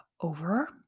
Over